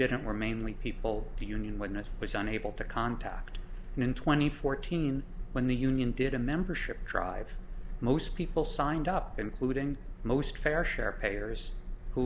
didn't were mainly people to union when it was unable to contact and in twenty fourteen when the union did a membership drive most people signed up including most fair share payers who